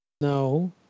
No